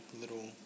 little